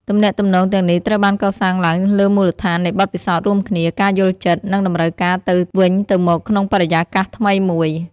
ទំនាក់ទំនងទាំងនេះត្រូវបានកសាងឡើងលើមូលដ្ឋាននៃបទពិសោធន៍រួមគ្នា ការយល់ចិត្ត និងតម្រូវការទៅវិញទៅមកក្នុងបរិយាកាសថ្មីមួយ ។